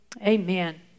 Amen